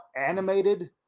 animated